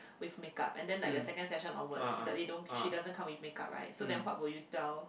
with make up and then like the second session onwards they don't she doesn't come with make up right so then what will you tell